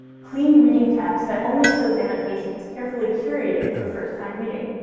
clean reading text that only shows annotations carefully curated for first-time reading.